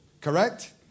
Correct